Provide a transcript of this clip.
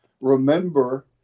remember